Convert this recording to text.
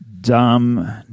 dumb